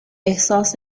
احساس